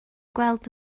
gweld